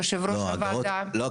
יושב ראש הוועדה --- לא,